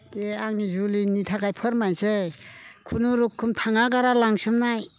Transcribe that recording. बे आंनि जुलिनि थाखाय फोरमायनोसै खुनुरुखम थाङा गारा लांसोमनाय